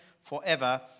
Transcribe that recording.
forever